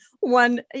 one